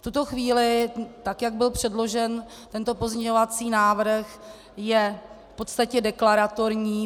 V tuto chvíli, tak jak byl předložen tento pozměňovací návrh, je v podstatě deklaratorní.